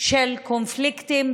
של קונפליקטים,